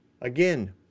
Again